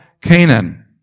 Canaan